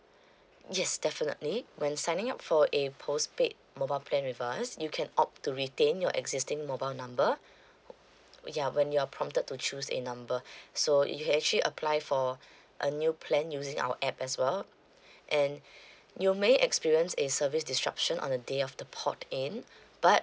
yes definitely when signing up for a postpaid mobile plan with us you can opt to retain your existing mobile number ya when you're prompted to choose a number so you actually apply for a new plan using our app as well and you may experience a service disruption on the day of the port in but